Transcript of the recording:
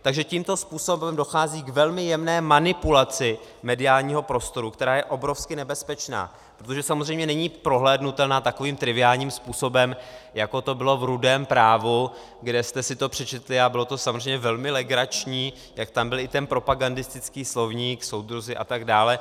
Takže tímto způsobem dochází k velmi jemné manipulaci mediálního prostoru, která je obrovsky nebezpečná, protože samozřejmě není prohlédnutelná takovým triviálním způsobem, jako to bylo v Rudém právu, kde jste si to přečetli, a bylo to samozřejmě velmi legrační, jak tam byl i ten propagandistický slovník, soudruzi atd.